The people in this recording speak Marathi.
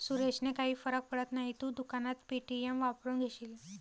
सुरेशने काही फरक पडत नाही, तू दुकानात पे.टी.एम वापरून घेशील